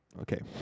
okay